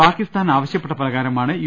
പാക്കിസ്ഥാൻ ആവശ്യപ്പെട്ട പ്രകാരമാണ് യു